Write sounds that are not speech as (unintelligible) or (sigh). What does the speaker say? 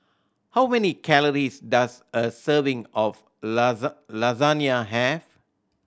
how many calories does a serving of (unintelligible) Lasagna have